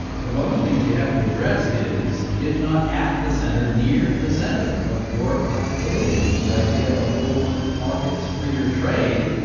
but among the things you have to address is, if not at the center, near the center of your classic liberalism was the idea of open markets, freer trade.